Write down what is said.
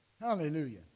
Hallelujah